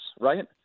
right